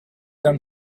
them